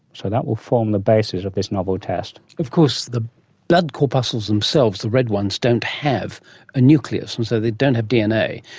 so that will form the basis of this novel test. of course the blood corpuscles themselves, the red ones, don't have a nucleus, and so they don't have dna.